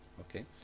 Okay